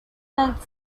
meant